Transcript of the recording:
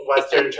Western